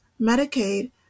Medicaid